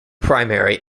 primary